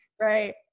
Right